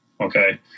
Okay